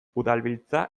udalbiltza